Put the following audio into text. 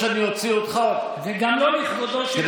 אני לא רוצה להתווכח, זה גם לא נושא, מה זה, ממי?